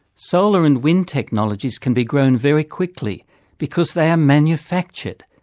solar and wind technologies can be grown very quickly because they are manufactured.